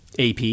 ap